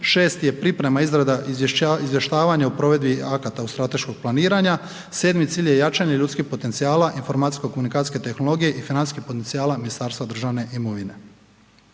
šesti je priprema, izrada, izvještavanje o provedbi akata od strateškog planiranja, sedmi cilj je jačanje ljudskih potencijala, informacijsko-komunikacijske tehnologije i financijskih potencijala Ministarstva državne imovine.